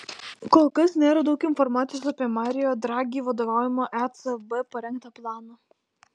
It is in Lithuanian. kol kas nėra daug informacijos apie mario dragi vadovaujamo ecb parengtą planą